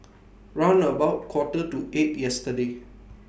round about Quarter to eight yesterday